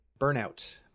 Burnout